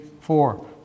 four